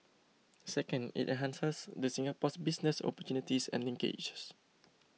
second it enhances the Singapore's business opportunities and linkages